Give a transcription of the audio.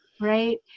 right